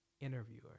interviewer